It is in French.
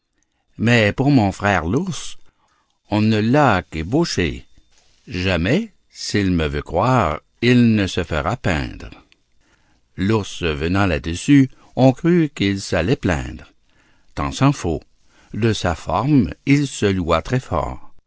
mais pour mon frère l'ours on ne l'a qu'ébauché jamais s'il me veut croire il ne se fera peindre l'ours venant là-dessus on crut qu'il s'allait plaindre tant s'en faut de sa forme il se loua très fort